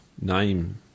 Name